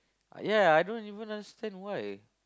ya ya ya I don't even understand why